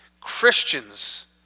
Christians